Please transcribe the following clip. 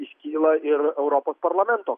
iškyla ir europos parlamento